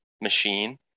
machine